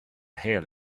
hail